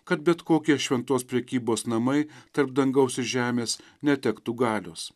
kad bet kokie šventos prekybos namai tarp dangaus ir žemės netektų galios